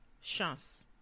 chance